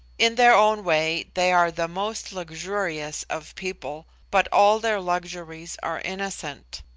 in their own way they are the most luxurious of people, but all their luxuries are innocent.